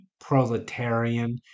proletarian